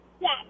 Yes